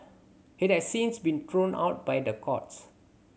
it has since been thrown out by the courts